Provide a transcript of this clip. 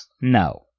No